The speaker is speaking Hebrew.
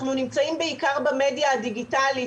אנחנו נמצאים בעיקר במדיה הדיגיטלית.